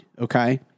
okay